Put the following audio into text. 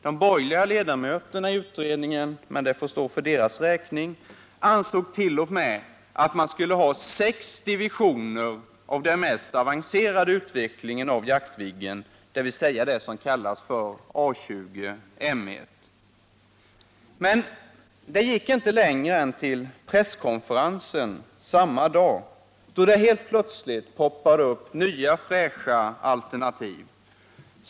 De borgerliga ledamöterna i utredningen — men det får stå för deras räkning — ansåg t.o.m. att vi skulle ha sex divisioner av den mest avancerade typen av Jaktviggen, dvs. A 20-M 1. Detta gällde inte längre än till presskonferensen samma dag, då helt plötsligt nya fräscha alternativ dök upp.